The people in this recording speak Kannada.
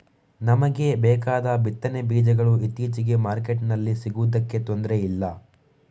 ನಮಿಗೆ ಬೇಕಾದ ಬಿತ್ತನೆ ಬೀಜಗಳು ಇತ್ತೀಚೆಗೆ ಮಾರ್ಕೆಟಿನಲ್ಲಿ ಸಿಗುದಕ್ಕೆ ತೊಂದ್ರೆ ಇಲ್ಲ